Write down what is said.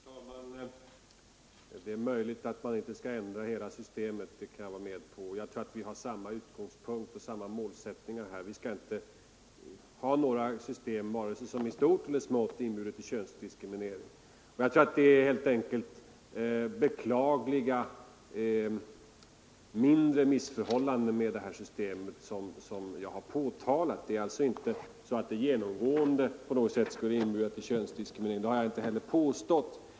Herr talman! Det är möjligt att man inte skall ändra hela systemet — det kan jag hålla med om. Jag tror att vi har samma utgångspunkt och samma målsättning: vi skall inte ta några system som vare sig i stort eller i smått inbjuder till könsdiskriminering. Jag tror helt enkelt att det är beklagliga, mindre missförhållanden i det här systemet som jag har påtalat. Det är alltså inte så att systemet genomgående skulle inbjuda till könsdiskriminering, och det har jag inte heller påstått.